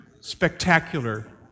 spectacular